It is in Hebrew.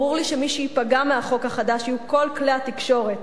ברור לי שמי שייפגע מהחוק החדש יהיו כל כלי התקשורת,